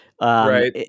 Right